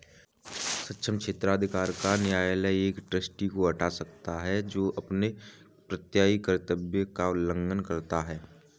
सक्षम क्षेत्राधिकार का न्यायालय एक ट्रस्टी को हटा सकता है जो अपने प्रत्ययी कर्तव्य का उल्लंघन करता है